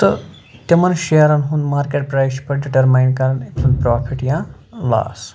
تہٕ تِمَن شیرَن ہُنٛد مارکٮ۪ٹ پرٛایِز چھُ پَتہٕ ڈِٹَرمایِن کَران أمۍ سُنٛد پرٛافِٹ یا لاس